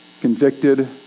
convicted